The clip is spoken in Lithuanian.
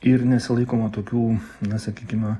ir nesilaikoma tokių na sakykime